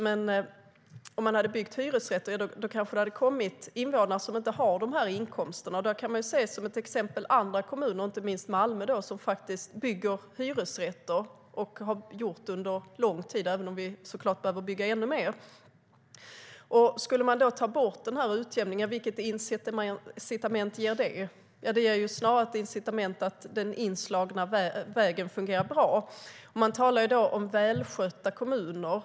Men om man hade byggt hyresrätter hade det kanske flyttat in invånare som inte har så höga inkomster. Som exempel kan jag nämna Malmö, som bygger hyresrätter och har gjort det under lång tid, även om det såklart behöver byggas ännu mer. Skulle man ta bort utjämningen, vilket incitament skulle det ge? Jo, snarare ett incitament för att den inslagna vägen fungerar bra. Man talar om välskötta kommuner.